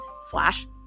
slash